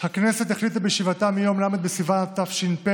הכנסת החליטה בישיבתה מיום ל' בסיוון התש"ף,